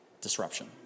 disruption